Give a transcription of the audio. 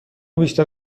بیشتر